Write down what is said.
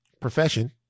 profession